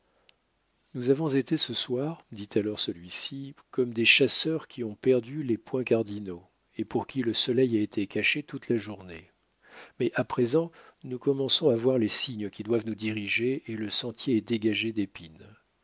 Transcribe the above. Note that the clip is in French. nous avons été ce soir dit alors celui-ci comme des chasseurs qui ont perdu les points cardinaux et pour qui le soleil a été caché toute la journée mais à présent nous commençons à voir les signes qui doivent nous diriger et le sentier est dégagé